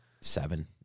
seven